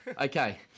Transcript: Okay